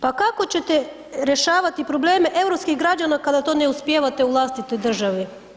Pa kako ćete rješavati probleme europskih građana kada to ne uspijevate u vlastitoj državi?